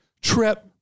trip